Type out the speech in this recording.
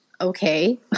Okay